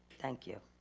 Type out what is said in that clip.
thank you.